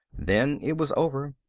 then it was over.